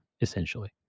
essentially